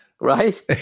Right